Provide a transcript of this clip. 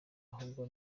ahubwo